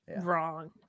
wrong